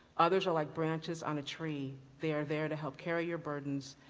others are like branches on a tree. they are there to help carry your burdens,